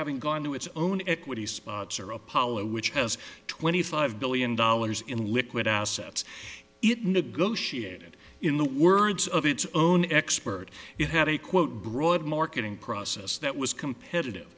having gone to its own equity spots or apollo which has twenty five billion dollars in liquid assets it negotiated in the words of its own expert it had a quote broad marketing process that was competitive